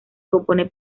compone